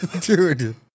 dude